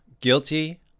guilty